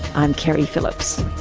i'm keri phillips